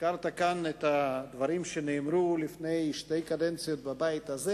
הזכרת את הדברים שנאמרו לפני שתי קדנציות בבית הזה.